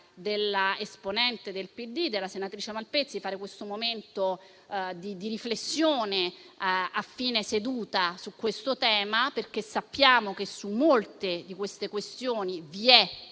la richiesta della senatrice Malpezzi di fare questo momento di riflessione a fine seduta sul tema, perché sappiamo che su molte di queste tematiche vi è